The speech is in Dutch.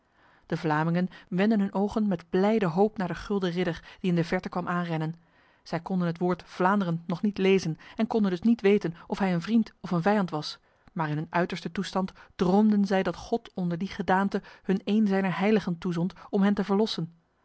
de vlamingen wendden hun ogen met blijde hoop naar de gulden ridder die in de verte kwam aanrennen zij konden het woord vlaanderen nog niet lezen en konden dus niet weten of hij een vriend of een vijand was maar in hun uiterste toestand droomden zij dat god onder die gedaante hun een zijner heiligen toezond om hen te verlossen